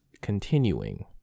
continuing